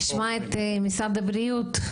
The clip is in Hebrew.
נשמע את משרד הבריאות.